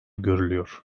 görülüyor